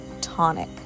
tonic